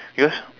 yours